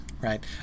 right